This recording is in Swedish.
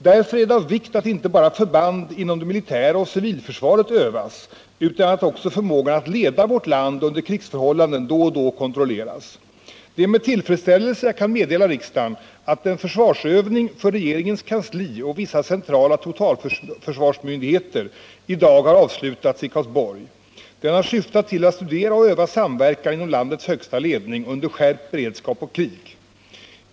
Därför är det av vikt att inte bara förband inom det militära försvaret och det civila försvaret övas utan att också förmågan att leda vårt land under krigsförhållanden då och då kontrolleras. Det är med tillfredsställelse jag kan meddela riksdagen att en försvarsövning för regeringens kansli och vissa centrala totalförsvarsmyndigheter i dag har avslutats i Karlsborg. Den har syftat till att studera och öva samverkan inom landets högsta ledning under skärpt beredskap och krig.